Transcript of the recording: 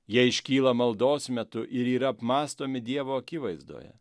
jie iškyla maldos metu ir yra apmąstomi dievo akivaizdoje